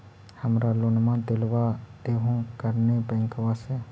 हमरा लोनवा देलवा देहो करने बैंकवा से?